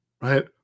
right